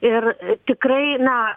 ir tikrai na